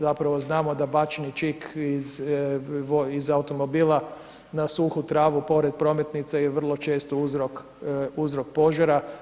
Zapravo znamo da bačeni čik iz automobila na suhu travu pored prometnica je vrlo čest uzrok, uzrok požara.